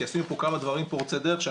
כי עשינו פה כמה דברים פורצי דרך,